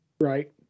Right